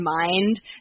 mind